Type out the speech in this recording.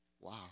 Wow